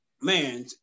man